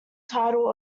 title